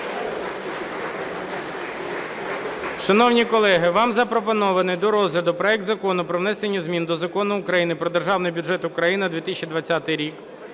Шановні колеги, вам запропонований до розгляду проект Закону про внесення змін до Закону України "Про Державний бюджет України на 2020 рік"